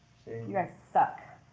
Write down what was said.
you guys suck.